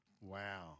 Wow